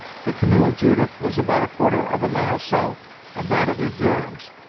the canoe of judith was about a quarter of a mile south of that of the hurons,